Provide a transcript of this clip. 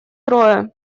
трое